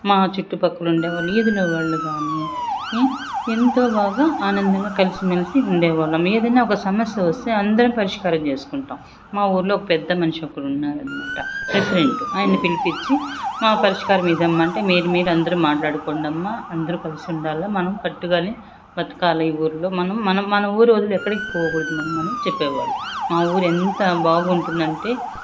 మా చుట్టుపక్కల ఉండే వాళ్ళు వీధిలో వాళ్ళు కాని ఎంతో బాగా ఆనందంగా కలిసి మెలిసి ఉండేవాళ్ళం ఏదైనా సమస్య వస్తే అందరం పరిష్కారం చేసుకుంటాం మా ఊరిలో పెద్దమనిషి ఒకడు ఉన్నాడు అనమాట ప్రెసిడెంట్ ఆయనను పిలిపించి మా పరిష్కారం ఇదమ్మ మీరు మీరు అందరూ మాట్లాడుకోండి అమ్మ అందరూ కలిసి ఉండాలా మనం కట్టుగానే బతకాలి ఈ ఊర్లో మనం మనం మన ఊరు వదిలి ఎక్కడకి పోకూడదు మనం అని చెప్పేవాడు మా ఊరు ఎంత బాగుంటుంది అంటే